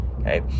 okay